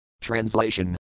Translation